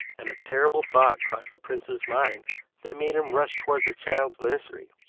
and a terrible thought crossed the prince's mind that made him rush towards the child's nursery.